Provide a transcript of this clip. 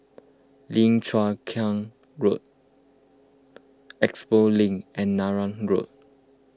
Lim Chu Kang Road Expo Link and Neram Road